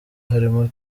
harimo